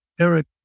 Eric